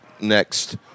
next